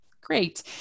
Great